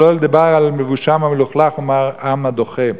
שלא לדבר על לבושם המלוכלך ומראם הדוחה,